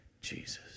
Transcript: Jesus